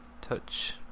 touch